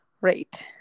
right